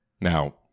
Now